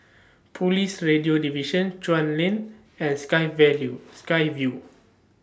Police Radio Division Chuan Lane and Sky View Sky Vue